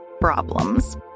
problems